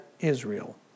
Israel